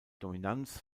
dominanz